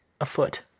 afoot